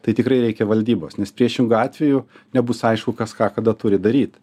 tai tikrai reikia valdybos nes priešingu atveju nebus aišku kas ką kada turi daryt